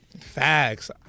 Facts